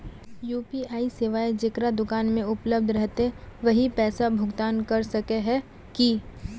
UPI सेवाएं जेकरा दुकान में उपलब्ध रहते वही पैसा भुगतान कर सके है की?